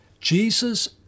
Jesus